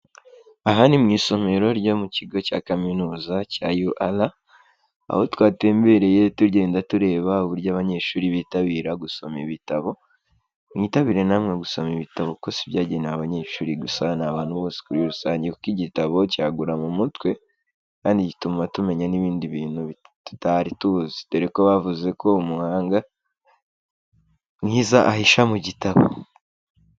Aha ni mu isomero ryo mu kigo cya kaminuza cya UR. aho twatembereye tugenda tureba uburyo abanyeshuri bitabira gusoma ibitabo. Mwitabire namwe gusoma ibitabo kuko sibyagenewe abanyeshuri gusa, ni abantu bose kuri rusange kuko igitabo cyagura mu mutwe. Kandi gituma tumenya n'ibindi bintu, tutari tuzi dore ko bavuze ko umuhanga, mwiza ahisha mu gitabo.